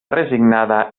resignada